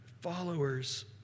followers